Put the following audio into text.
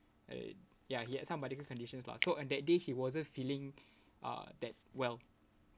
uh ya he had some medical conditions lah so on that day he wasn't feeling uh that well